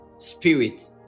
spirit